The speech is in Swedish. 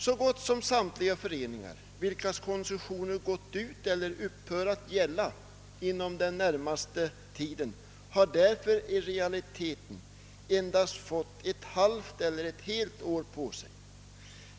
Så gott som samtliga föreningar, vilkas koncessioner gått ut eller upphör att gälla inom den närmaste tiden, har därför i realiteten endast fått ett halvt eller ett helt år på sig.